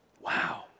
Wow